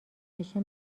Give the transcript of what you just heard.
بشه